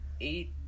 eight